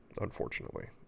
unfortunately